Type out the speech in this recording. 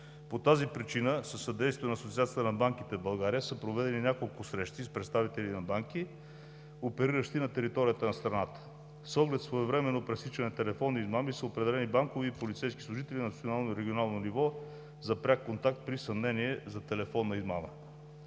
По тази причина, със съдействието на Асоциацията на банките в България, са проведени няколко срещи с представители на банки, опериращи на територията на страната. С оглед своевременно пресичане на телефонни измами са определени банкови и полицейски служители на национално и регионално ниво за пряк контакт при съмнение за телефонна измама.